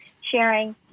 sharing